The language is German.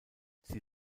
sie